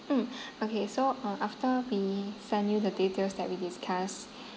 mm okay so uh after we send you the details that we discussed